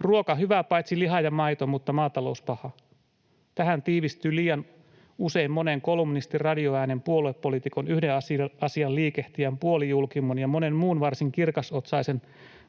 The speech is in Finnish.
”Ruoka hyvä, paitsi liha ja maito, mutta maatalous paha.” Tähän tiivistyy liian usein monen kolumnistin, radioäänen, puoluepoliitikon, yhden asian liikehtijän, puolijulkimon ja monen muun varsin kirkasotsaisen